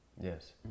Yes